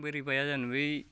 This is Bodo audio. बोरै बायया जानो बै